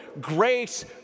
grace